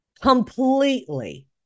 completely